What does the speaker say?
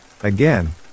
Again